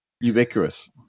ubiquitous